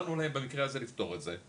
עזרנו להם במקרה הזה לפתור את זה.